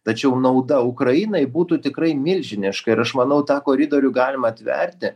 tačiau nauda ukrainai būtų tikrai milžiniška ir aš manau tą koridorių galima atverti